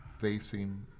facing